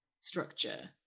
structure